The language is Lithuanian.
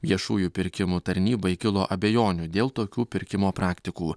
viešųjų pirkimų tarnybai kilo abejonių dėl tokių pirkimo praktikų